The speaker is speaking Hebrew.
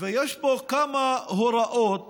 ויש פה כמה הוראות